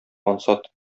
ансат